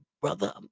brother